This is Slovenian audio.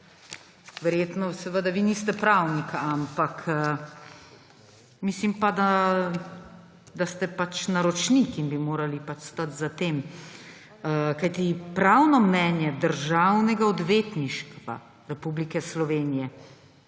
sram. Seveda vi niste pravnik, ampak mislim pa, da ste naročnik in bi morali stati za tem, kajti pravno mnenje Državnega odvetništva Republike Slovenije